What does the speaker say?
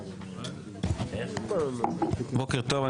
בוקר טוב,